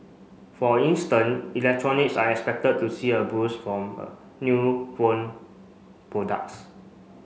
for instance electronics are expected to see a boost from a new phone products